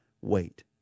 wait